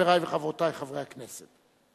חברי וחברותי חברי הכנסת,